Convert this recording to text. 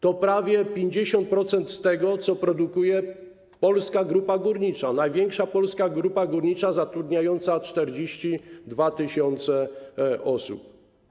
To prawie 50% tego, co produkuje Polska Grupa Górnicza, największa polska grupa górnicza zatrudniająca 42 tys. osób.